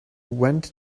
went